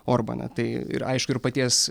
orbaną tai ir aišku ir paties